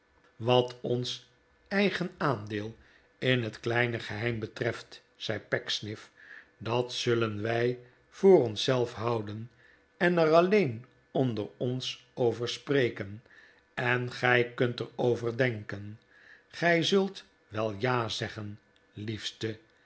wat ons eigen aandeel in het kleine geheim betreft zei pecksniff dat zullen wij voor ons zelf houden en er alleen onder ons over spreken en gij kunt er over denken gij zult wel j a zeggen liefste